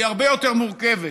היא הרבה יותר מורכבת.